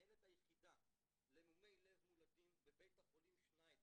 מנהלת היחידה למומי לב מולדים בבית החולים שניידר,